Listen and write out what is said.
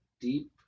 deep